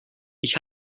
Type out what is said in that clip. ich